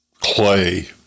clay